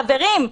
חברים,